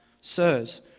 Sirs